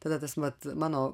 tada tas mat mano